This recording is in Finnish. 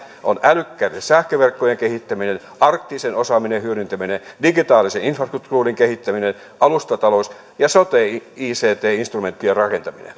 on älykkäitten sähköverkkojen kehittäminen arktisen osaamisen hyödyntäminen digitaalisen infrastruktuurin kehittäminen alustatalous ja sote ict instrumenttien rakentaminen